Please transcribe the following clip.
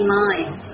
mind